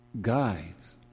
guides